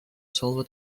selva